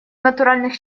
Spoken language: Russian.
натуральных